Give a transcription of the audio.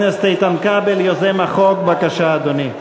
חבר הכנסת איתן כבל, יוזם החוק, בבקשה, אדוני.